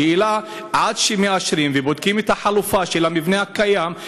השאלה: עד שמאשרים ובודקים את החלופה של המבנה הקיים,